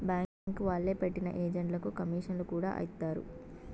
bank వాళ్లే పెట్టిన ఏజెంట్లకు కమీషన్లను కూడా ఇత్తారు